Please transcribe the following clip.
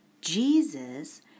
Jesus